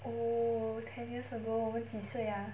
oh ten years ago 我们几岁 ah